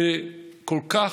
הוא כל כך,